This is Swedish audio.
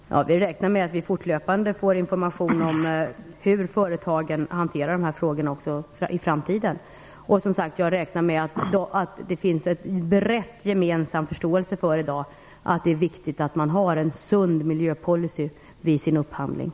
Herr talman! Vi räknar med att fortlöpande få information om hur företagen hanterar dessa frågor också i framtiden. Jag räknar, som sagt, med att det i dag finns en bred förståelse för att det är viktigt att ha en sund miljöpolicy vid upphandlingen.